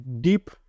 deep